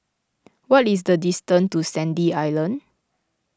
what is the distance to Sandy Island